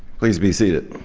please be seated.